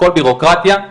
כל בירוקרטיה,